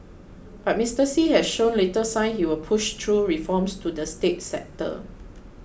but Mister Xi has shown little sign he will push through reforms to the state sector